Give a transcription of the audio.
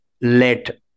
let